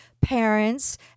parents